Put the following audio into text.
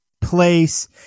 place